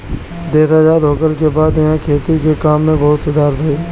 देश आजाद होखला के बाद इहा खेती के काम में बहुते सुधार भईल